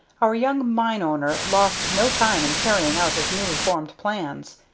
our young mine-owner lost no time in carrying out his newly formed plans.